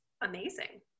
amazing